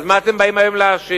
אז מה אתם באים היום להאשים?